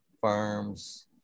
Farms